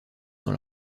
dans